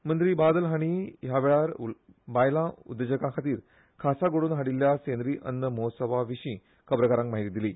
मंत्री बादल हांणी ह्या वेळार बायलां उद्देजकां खातीर खासा घडोवन हाडिल्ल्या सेंद्रीय अन्न महोत्सवा विशीं खबराकारांक म्हायती दिली